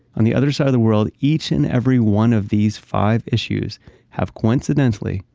on the other side of the world, each and every one of these five issues have coincidentally,